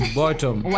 bottom